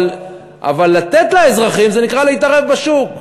אבל לתת לאזרחים זה נקרא להתערב בשוק.